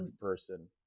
person